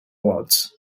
wards